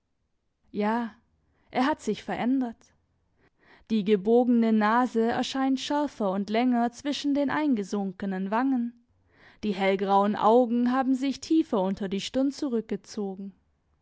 ja er hat sich verändert die gebogene nase erscheint schärfer und länger zwischen den eingesunkenen wangen die hellgrauen augen haben sich tiefer unter die stirn zurückgezogen